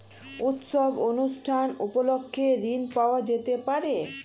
উৎসব অনুষ্ঠান উপলক্ষে ঋণ পাওয়া যেতে পারে?